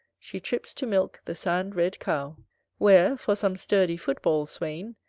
she trips to milk the sand-red cow where, for some sturdy foot-ball swain,